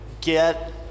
get